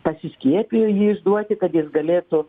pasiskiepijo jį išduoti kad jis galėtų